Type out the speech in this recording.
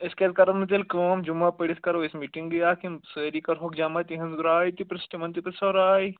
أسۍ کیٛازِ کَرو نہٕ تیٚلہِ کٲم جُمعہ پٔڑِتھ کَرو أسۍ میٖٹِنٛگٕے اَکھ یِم سٲری کَرہوکھ جمع تِہنٛز راے تہِ پِرٛژھ تِمَن تہِ پِرٛژھو راے